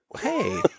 hey